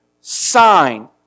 sign